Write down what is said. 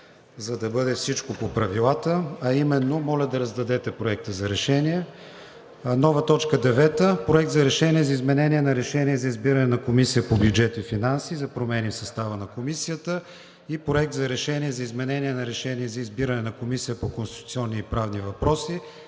за да бъде всичко по правилата, а именно, моля да раздадете Проекта за решение.